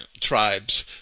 tribes